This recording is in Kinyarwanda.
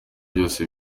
byose